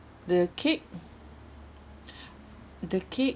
the cake the cake